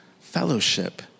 fellowship